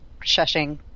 Shushing